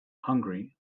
hungary